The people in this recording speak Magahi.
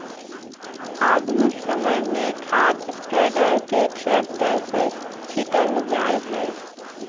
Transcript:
आधुनिक समय में खाद स्प्रेडर के ट्रैक्टर से छिटल जा हई